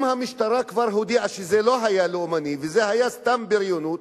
אם המשטרה כבר הודיעה שזה לא היה לאומני וזאת היתה סתם בריונות,